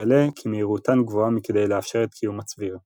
מתגלה כי מהירותן גבוהה מכדי לאפשר את קיום הצביר.